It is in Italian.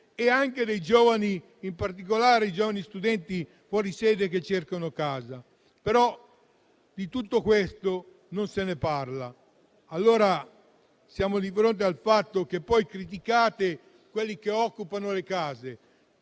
e anche dei giovani, in particolare i giovani studenti fuori sede che cercano casa. Di tutto questo però non si parla. Siamo di fronte al fatto che voi criticate quelli che occupano le case,